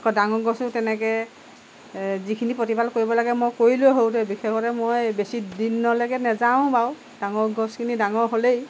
আকৌ ডাঙৰ গছো তেনেকৈ যিখিনি প্ৰতিপালন কৰিব লাগে মই কৰিলোৱেই সৰুতে বিশেষতে মই বেছি দিনলৈকে নেযাওঁ ও বাৰু ডাঙৰ গছখিনি ডাঙৰ হ'লেই